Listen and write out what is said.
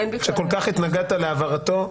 שכל כך התנגדת להעברתו,